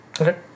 Okay